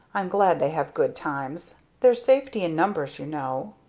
i'm glad they have good times there's safety in numbers, you know.